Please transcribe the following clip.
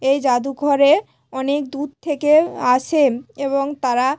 এই যাদুঘরে অনেক দূর থেকে আসেন এবং তারা